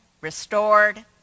restored